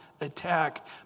attack